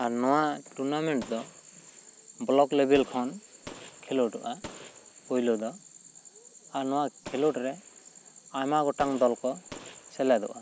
ᱟᱨ ᱱᱚᱣᱟ ᱴᱩᱨᱱᱟᱢᱮᱱᱴ ᱫᱚ ᱵᱞᱚᱠ ᱞᱮᱵᱮᱞ ᱠᱷᱚᱱ ᱠᱷᱮᱞᱳᱰᱚᱜᱼᱟ ᱯᱩᱭᱞᱩ ᱫᱚ ᱟᱨ ᱱᱚᱣᱟ ᱠᱷᱮᱞᱳᱰ ᱨᱮ ᱟᱭᱢᱟ ᱜᱚᱴᱟᱝ ᱫᱚᱞ ᱠᱚ ᱥᱮᱞᱮᱫᱚᱜᱼᱟ